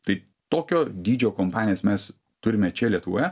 tai tokio dydžio kompanijas mes turime čia lietuvoje